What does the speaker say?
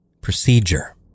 Procedure